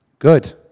Good